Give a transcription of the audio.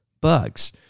bugs